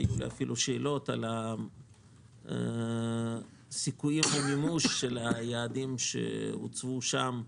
היו לי אפילו שאלות לגבי הסיכויים למימוש של היעדים שהוצבו שם,